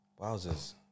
Wowzers